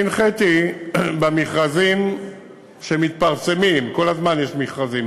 אני הנחיתי במכרזים שמתפרסמים הרי כל הזמן יש מכרזים,